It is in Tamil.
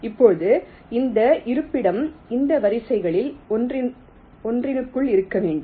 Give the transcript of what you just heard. இப்போது அந்த இருப்பிடம் அந்த வரிசைகளில் ஒன்றிற்குள் இருக்க வேண்டும்